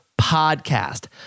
podcast